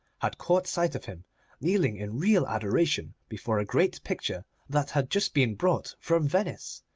had caught sight of him kneeling in real adoration before a great picture that had just been brought from venice,